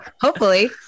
hopefully-